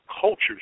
cultures